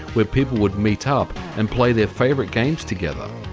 where people would meet up and play their favorite games together.